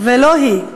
ולא היא.